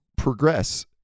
Progress